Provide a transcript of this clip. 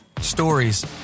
Stories